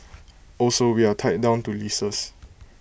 also we are tied down to leases